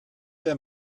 der